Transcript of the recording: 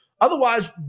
Otherwise